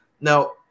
Now